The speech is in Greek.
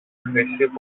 χρυσή